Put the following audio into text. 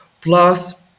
plus